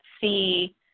see